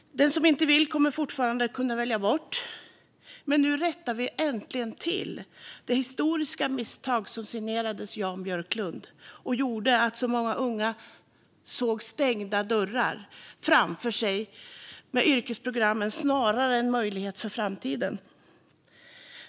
Den som inte vill ha det kommer fortfarande att kunna välja bort det. Men nu rättar vi äntligen till det historiska misstag som signerades av Jan Björklund och gjorde att så många unga såg stängda dörrar framför sig med yrkesprogrammen snarare än möjligheter för framtiden.